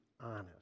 honest